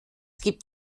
gibt